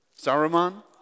Saruman